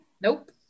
Nope